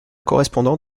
correspondant